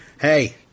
Hey